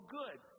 good